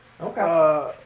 Okay